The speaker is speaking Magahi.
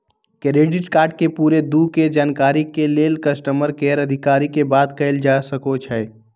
क्रेडिट कार्ड के पूरे दू के जानकारी के लेल कस्टमर केयर अधिकारी से बात कयल जा सकइ छइ